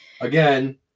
Again